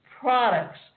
products